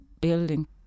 building